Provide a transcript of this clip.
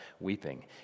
weeping